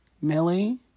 Millie